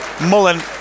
Mullen